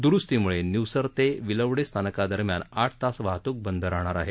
दुरुस्तीमुळे निवसर ते विलवडे स्थानकादरम्यान आठ तास वाहतूक बंद राहणार आहे